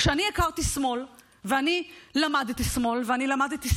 כשאני הכרתי שמאל, ואני למדתי שמאל,